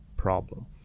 problem